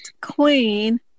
queen